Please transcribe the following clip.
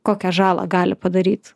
kokią žalą gali padaryt